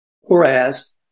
Whereas